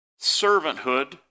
servanthood